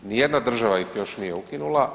Ni jedna država ih još nije ukinula.